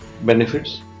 benefits